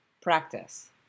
practice